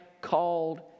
called